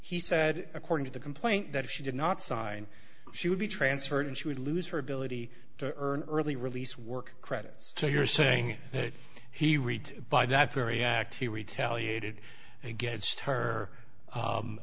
he said according to the complaint that she did not sign she would be transferred and she would lose her ability to earn early release work credits so you're saying that he read by that very act here retaliated against her